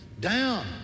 down